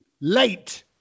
Late